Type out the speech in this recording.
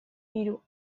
hiru